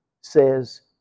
says